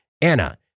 Anna